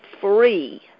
free